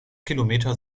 kilometer